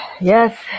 Yes